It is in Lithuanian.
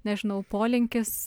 nežinau polinkis